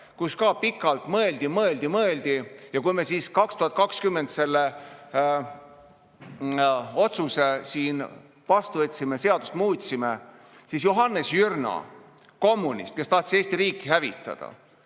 kus ka pikalt mõeldi, mõeldi, mõeldi. Ja kui me siis 2020 selle otsuse siin vastu võtsime, seadust muutsime, siis [tehti muudatus.] Johannes Jürna, kommunist, kes tahtis Eesti riiki hävitada